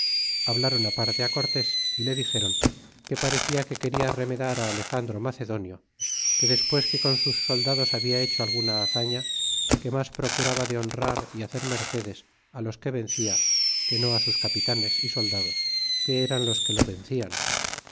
olmedo hablaron aparte a cortés y le dixéron que parecía que quería remedar alexandro macedonio que despues que con sus soldados habia hecho alguna gran hazaña que mas procuraba de honrar y hacer mercedes los que vencia que no a sus capitanes y soldados que eran los que lo vendan